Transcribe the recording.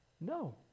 No